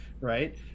right